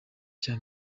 cya